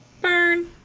Burn